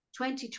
2020